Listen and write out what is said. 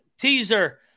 Teaser